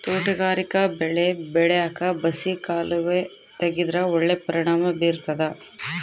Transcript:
ತೋಟಗಾರಿಕಾ ಬೆಳೆ ಬೆಳ್ಯಾಕ್ ಬಸಿ ಕಾಲುವೆ ತೆಗೆದ್ರ ಒಳ್ಳೆ ಪರಿಣಾಮ ಬೀರ್ತಾದ